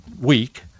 week